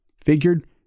figured